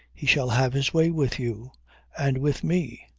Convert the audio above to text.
he shall have his way with you and with me.